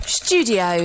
studio